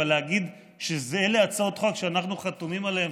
אבל להגיד שאלה הצעות חוק שאנחנו חתומים עליהן?